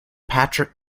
patrick